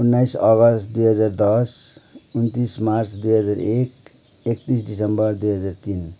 उन्नाइस अगस्त दुई हजार दस उनन्तिस मार्च दुई हजार एक एकत्तिस दिसम्बर दुई हजार तिन